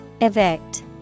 Evict